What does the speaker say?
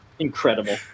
Incredible